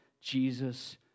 Jesus